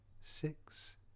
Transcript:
six